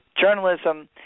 Journalism